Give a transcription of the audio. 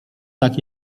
tak